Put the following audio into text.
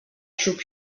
xup